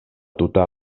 tuta